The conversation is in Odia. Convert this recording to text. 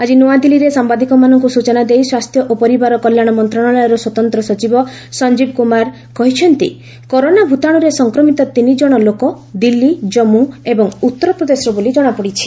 ଆଜି ନୂଆଦିଲ୍ଲୀରେ ସାମ୍ବାଦିକମାନଙ୍କୁ ସୂଚନା ଦେଇ ସ୍ୱାସ୍ଥ୍ୟ ଓ ପରିବାର କଲ୍ୟାଣ ମନ୍ତ୍ରଣାଳୟର ସ୍ୱତନ୍ତ୍ର ସଚିବ ସଂଜୀବ କୁମାର କହିଛନ୍ତି କରୋନା ଭୂତାଣୁ ସଂକ୍ରମିତ ତିନଜଣ ଲୋକ ଦିଲ୍ଲୀ ଜମ୍ମୁ ଏବଂ ଉତ୍ତରପ୍ରଦେଶର ବୋଲି ଜଣାପଡ଼ିଛି